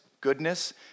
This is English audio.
goodness